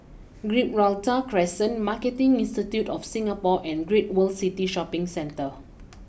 Gibraltar Crescent Marketing Institute of Singapore and Great World City Shopping Centre